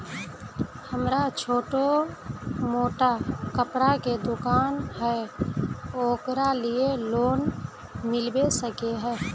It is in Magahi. हमरा छोटो मोटा कपड़ा के दुकान है ओकरा लिए लोन मिलबे सके है?